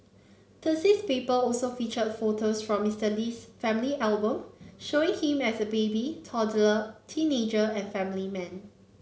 Thursday's paper also featured photos from Mister Lee's family album showing him as a baby toddler teenager and family man